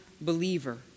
believer